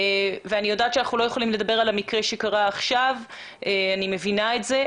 אני יודעת שאנחנו לא יכולים לדבר על המקרה שקרה עכשיו ומבינה את זה,